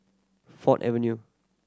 Ford Avenue